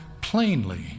plainly